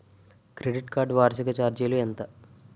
Credit card వార్షిక ఛార్జీలు ఎంత?